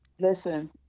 Listen